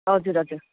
हजुर हजुर